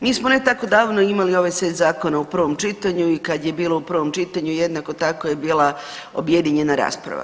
Mi smo ne tako davno imali ovaj set zakona u prvom čitanju i kad je bilo u prvom čitanju jednako tako je bila objedinjena rasprava.